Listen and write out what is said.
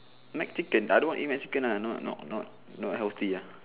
Mcchicken I don't want to eat Mcchicken lah not not not healthy ah